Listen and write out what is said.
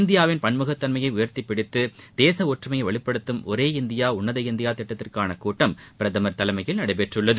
இந்தியாவின் பன்முகத்தன்மையை உயர்த்திப்பிடித்து தேச ஒற்றுமையை வலுப்படுத்தும் ஒரே இந்தியா உன்னத இந்தியா திட்டத்திற்கான கூட்டம் பிரதமர் தலைமையில் நடைபெற்றுள்ளது